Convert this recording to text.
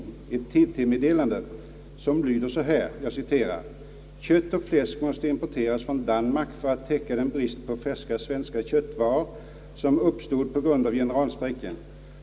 Det är ett TT-meddelande som lyder så här: »Kött och fläsk måste importeras från Danmark för att täcka den brist på färska svenska köttvaror som uppstod på grund av generalstrejken.